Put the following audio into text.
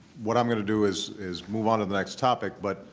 what i'm going to do is is move on to the next topic, but